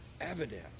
evidence